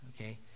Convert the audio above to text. okay